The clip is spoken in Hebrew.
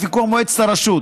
ובפיקוח מועצת הרשות.